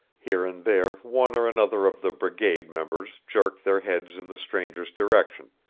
here and there one or another of the brigade members jerked their heads in the stranger's direction,